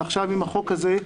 ועכשיו עם החוק הזה,